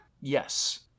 Yes